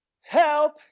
help